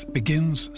begins